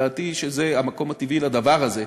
דעתי שהמקום הטבעי לדבר הזה,